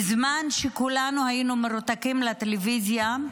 בזמן שכולנו היינו מרותקים לטלוויזיה,